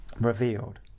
revealed